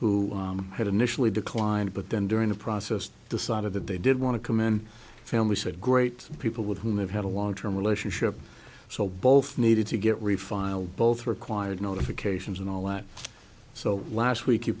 who had initially declined but then during the process decided that they did want to commend the family said great people with whom they've had a long term relationship so both needed to get refile both required notifications and all that so last week you